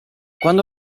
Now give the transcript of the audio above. quando